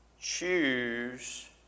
choose